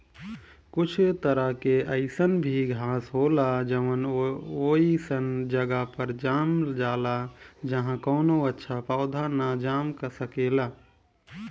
कुछ तरह के अईसन भी घास होला जवन ओइसन जगह पर जाम जाला जाहा कवनो अच्छा पौधा ना जाम सकेला